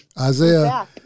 Isaiah